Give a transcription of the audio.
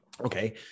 Okay